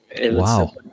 Wow